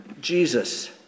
Jesus